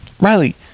Riley